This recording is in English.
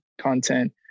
content